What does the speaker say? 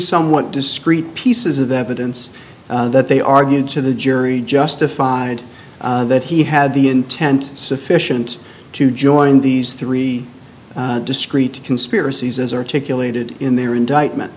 somewhat discrete pieces of evidence that they argued to the jury justified that he had the intent sufficient to joining these three discrete conspiracies as articulated in their indictment